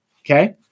Okay